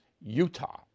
Utah